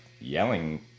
yelling